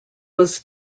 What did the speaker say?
was